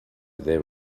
there